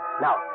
Now